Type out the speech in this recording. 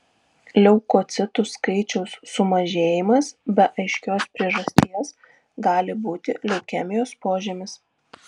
leukocitų skaičiaus sumažėjimas be aiškios priežasties gali būti leukemijos požymis